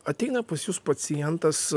ateina pas jus pacientas